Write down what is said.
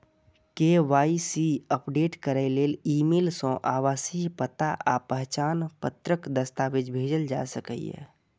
KYC update करै लेल email सं आवासीय पता आ पहचान पत्रक दस्तावेज भेजल जा सकैए